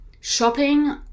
shopping